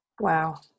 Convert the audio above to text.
Wow